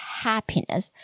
happiness